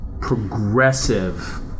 progressive